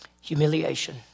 Humiliation